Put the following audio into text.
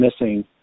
missing